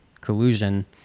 collusion